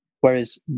Whereas